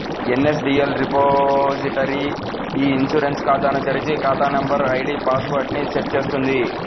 NSDL repository e insurance ఖాతాను తెరిచి, ఖాతా నంబర్, ఐడీ పాస్ వర్డ్ ని సెట్ చేస్తుంది